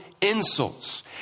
Insults